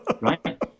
right